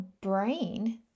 brain